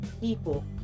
people